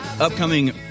upcoming